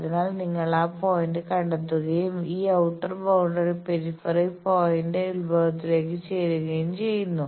അതിനാൽ നിങ്ങൾ ആ പോയിന്റ് കണ്ടെത്തുകയും ഈ ഔട്ടർ ബൌണ്ടറി പെരിഫറൽ പോയിന്റ് ഉത്ഭവത്തിലേക്ക് ചേരുകയും ചെയ്യുന്നു